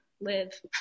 live